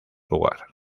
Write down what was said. hogar